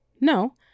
No